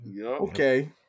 okay